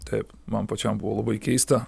taip man pačiam buvo labai keista